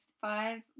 five